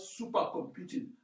supercomputing